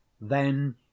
Then